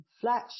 flash